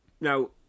Now